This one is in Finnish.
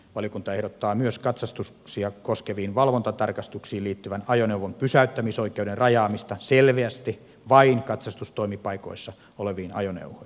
valiokunta ehdottaa myös katsastuksia koskeviin valvontatarkastuksiin liittyen ajoneuvon pysäyttämisoikeuden rajaamista selvästi vain katsastustoimipaikoissa oleviin ajoneuvoihin